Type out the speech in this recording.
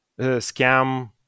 scam